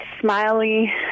smiley